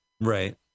Right